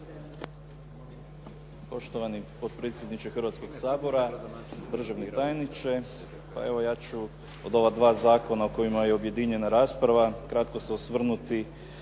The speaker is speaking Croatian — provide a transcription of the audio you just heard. Poštovani potpredsjedniče Hrvatskog sabora, državni tajniče. Pa evo, ja ću od ova dva zakona o kojima je objedinjena rasprava kratko se osvrnuti